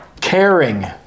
Caring